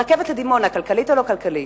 הרכבת לדימונה, כלכלית או לא כלכלית?